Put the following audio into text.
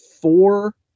four